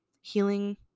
healing